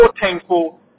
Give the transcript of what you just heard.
thankful